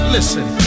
Listen